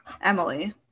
Emily